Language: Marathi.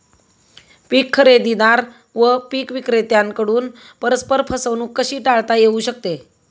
पीक खरेदीदार व पीक विक्रेत्यांकडून परस्पर फसवणूक कशी टाळता येऊ शकते?